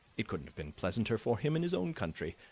it couldn't have been pleasanter for him in his own country,